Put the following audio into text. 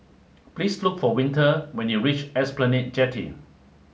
please look for Winter when you reach Esplanade Jetty